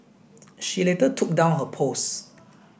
she later took down her post